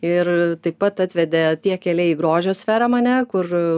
ir taip pat atvedė tie keliai į grožio sferą mane kur